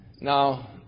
Now